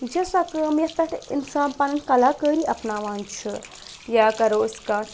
یہِ چھےٚ سۄ کٲم یَتھ پٮ۪ٹھ اِنسان پَنٕنۍ کلاکٲری اَپناوان چھُ یا کَرو أسۍ کَتھ